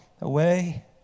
away